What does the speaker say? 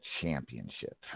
championship